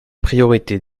priorités